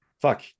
fuck